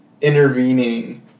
intervening